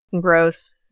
Gross